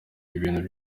ibintu